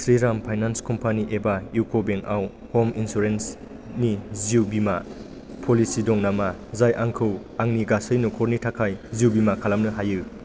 Shriram finance company एबा इउक' बेंकआव हम इन्सुरेन्सनि जिउ बीमा प'लिसि दं नामा जाय आंखौ आंनि गासै न'खरनि थाखाय जिउ बीमा खालामनो हायो